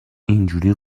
اینجوری